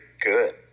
good